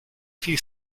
few